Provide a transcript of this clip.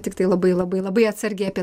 tiktai labai labai labai atsargiai apie